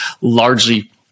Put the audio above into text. largely